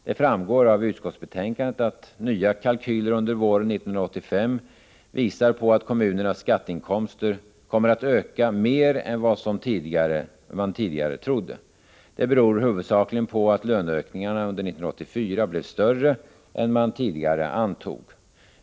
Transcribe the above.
Det framgår av utskottsbetänkandet att nya kalkyler under våren 1985 visar att kommunernas skatteinkomster kommer att öka mer än vad man tidigare trodde. Det beror huvudsakligen på att löneökningarna under 1984 blev större än man tidigare antog.